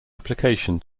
application